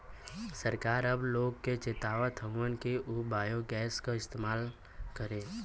सरकार अब लोग के चेतावत हउवन कि उ बायोगैस क इस्तेमाल करे